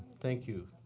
thank you.